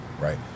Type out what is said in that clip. right